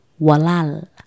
Walal